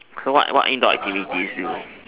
so what what indoor activities do you